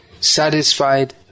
satisfied